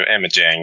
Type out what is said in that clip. imaging